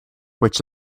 which